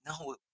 no